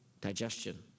digestion